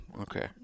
Okay